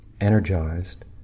energized